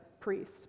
priest